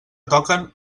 toquen